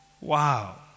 wow